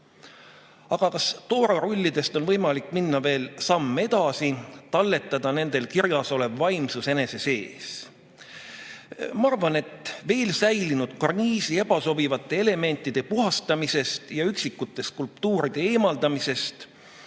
kas toorarullidest on võimalik minna veel samm edasi, talletada nendel kirjas olev vaimsus enese sees? Ma arvan, et veel säilinud karniisi ebasobivate elementide puhastamisest ja üksikute skulptuuride eemaldamisest,